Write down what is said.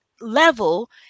level